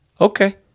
Okay